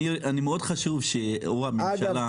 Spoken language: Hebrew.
מאוד חשוב שהממשלה --- אגב,